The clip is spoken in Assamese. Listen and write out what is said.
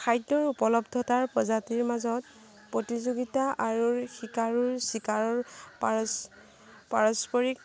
খাদ্যৰ উপলব্ধতাৰ প্ৰজাতিৰ মাজত প্ৰতিযোগিতা আৰু চিকাৰোৰ চিকাৰৰ পাৰস্পৰিক